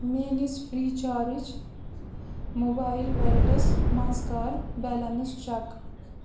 میٛٲنِس free charge mobile ویلیٹَس منٛز کَر بیلنَس چیک